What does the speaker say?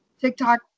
TikTok